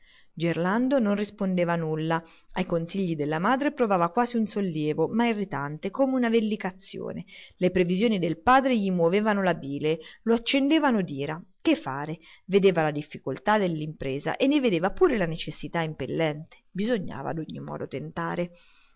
gerlando non rispondeva nulla ai consigli della madre provava quasi un sollievo ma irritante come una vellicazione le previsioni del padre gli movevano la bile lo accendevano d'ira che fare vedeva la difficoltà dell'impresa e ne vedeva pure la necessità impellente bisognava a ogni modo tentare